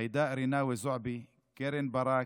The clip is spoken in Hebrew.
ג'ידא רינאווי זועבי, קרן ברק,